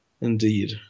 Indeed